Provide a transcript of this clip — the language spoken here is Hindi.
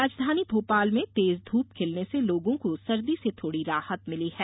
राजधानी भोपाल में तेज धूप खिलने से लोगों को सर्दी से थोड़ी राहत मिली है